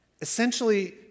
Essentially